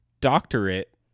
Doctorate